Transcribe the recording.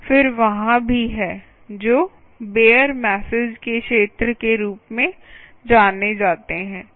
फिर वहाँ भी हैं जो बेअर मैसेज के क्षेत्र के रूप में जाने जाते हैं